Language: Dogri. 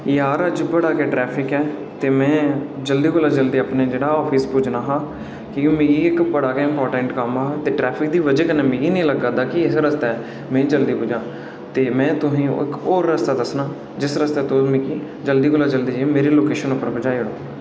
यार अज्ज बड़ा गै ट्रैफिक ऐ ते में जल्दी कोला जल्दी अपना जेह्ड़ा आफिस पुज्जना हा क्योंकि मिं इक बड़ा गै इंपारटैंट कम्म हा ते ट्रैफिक दी बजह् कन्नै मिगी निं लगा दा के इस रस्तै में जल्दी पुज्जां ते में तुसें ई होर रस्ता दस्सना जिस रस्तै तुस मिकी जल्दी कोला जल्दी मिगी मेरी लोकेशन उप्पर पजाओ